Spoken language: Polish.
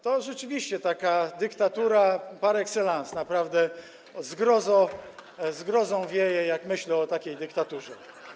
To rzeczywiście taka dyktatura par excellence, naprawdę, zgrozą wieje, jak myślę o takiej dyktaturze.